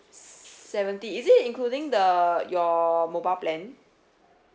seventy is it including the your mobile plan